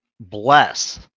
Bless